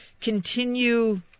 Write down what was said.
continue